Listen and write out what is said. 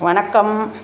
வணக்கம்